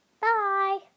Bye